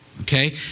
Okay